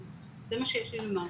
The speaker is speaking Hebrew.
זה מה שיש לי לומר.